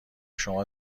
شما